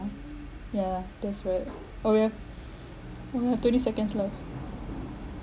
uh yeah that's right oh we have oh we have twenty seconds left